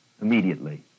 immediately